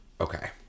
okay